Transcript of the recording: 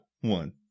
one